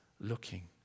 looking